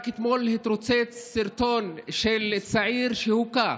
רק אתמול התרוצץ סרטון של צעיר שהוכה,